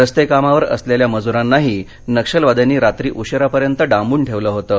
रस्ते कामावर असलेल्या मजुरांनाही नक्षलवाद्यांनी रात्री उशिरापर्यंत डांबून ठेवलं होतं